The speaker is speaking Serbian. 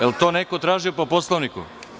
Da li je to neko tražio po Poslovniku?